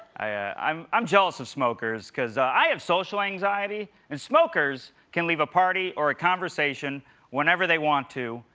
i'm i'm jealous of smokers because i have social anxiety, and smokers can leave a party or a conversation whenever they want to.